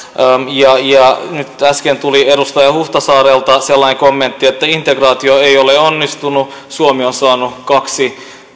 nyt äsken tuli edustaja huhtasaarelta sellainen kommentti että integraatio ei ole onnistunut suomi on saanut kaksi